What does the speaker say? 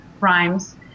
rhymes